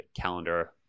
calendar